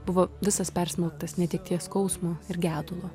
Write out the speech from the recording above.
buvo visas persmelktas netekties skausmo ir gedulo